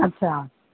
अच्छा